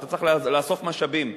ואתה צריך לאסוף משאבים.